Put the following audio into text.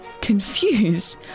Confused